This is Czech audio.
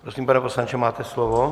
Prosím, pane poslanče, máte slovo.